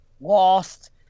lost